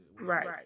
Right